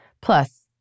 Plus